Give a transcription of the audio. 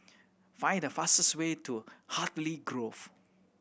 find the fastest way to Hartley Grove